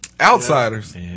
Outsiders